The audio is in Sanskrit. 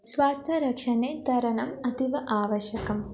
स्वास्थ्यरक्षणे तरणम् अतीव आवश्यकं